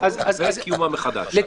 ואז קיומם מחדש.